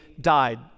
died